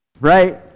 right